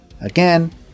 Again